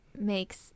makes